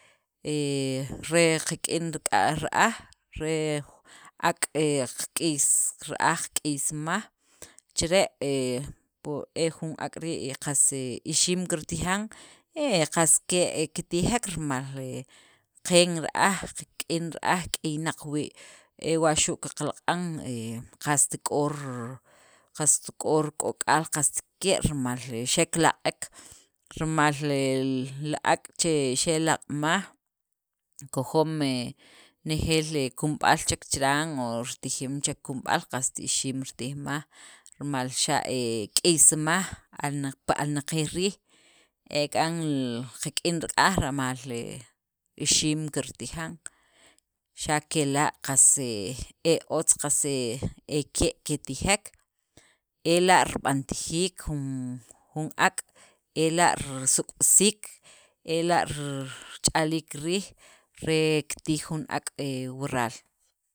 He re qak'in k'a ra'aj re ak' he qak'is, ra'aj qak'ismaj chire' he pue jun ak' rii' qas ixiim kartijan y qas ke' kitijek, rimal qeen ra'aj qak'in ra'aj k'iynaq wii', he wa xu' qaqalaq'an he qast k'or qast k'o rik'ok'aal, qast ke' rimal xekilaq'ek, rimal e li ak' che xa' laq'maj kojom he nejeel he kunub'al chek chiran o ritijim chek kunub'al qast ixiim ritijmaj rimal xa' he k'isimaj pi alnaqiil riij, ek'a qak'in ra'aj mal ixiim kirtijan, xa' kela' qas e otz, qas e ke' ketijek, ela' rib'antajiik jun ak', ela' risuk'b'isiik, ela' rr rich'aliik riij re kitij jun ak' wural.